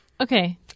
Okay